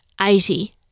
eighty